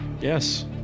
Yes